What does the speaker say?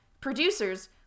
producers